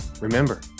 Remember